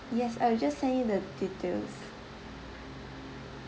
yes I will just send you the details